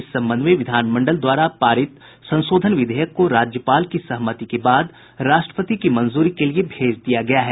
इस संबंध में विधान मंडल द्वारा पारित संशोधन विधेयक को राज्यपाल की सहमति के बाद राष्ट्रपति की मंजूरी के लिए भेज दिया गया है